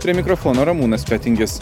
prie mikrofono ramūnas fetingis